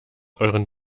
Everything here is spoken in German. euren